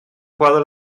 jugador